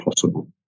possible